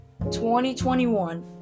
2021